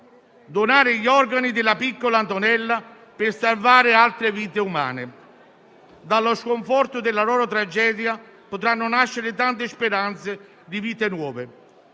donare gli organi della piccola Antonella per salvare altre vite umane. Dallo sconforto della loro tragedia potranno nascere tante speranze di vite nuove.